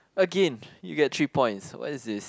again you get three points what is this